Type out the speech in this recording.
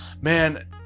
man